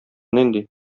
нинди